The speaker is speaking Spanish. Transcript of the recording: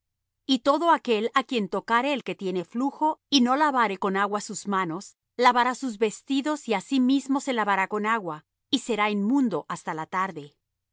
y todo aquel á quien tocare el que tiene flujo y no lavare con agua sus manos lavará sus vestidos y á sí mismo se lavará con agua y será inmundo hasta la tarde